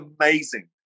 amazing